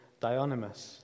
Dionymus